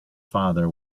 father